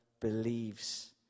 believes